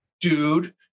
dude